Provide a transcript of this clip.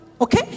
okay